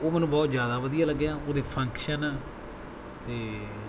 ਉਹ ਮੈਨੂੰ ਬਹੁਤ ਜ਼ਿਆਦਾ ਵਧੀਆ ਲੱਗਿਆ ਉਹਦੇ ਫੰਕਸ਼ਨ ਅਤੇ